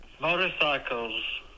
Motorcycles